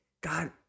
God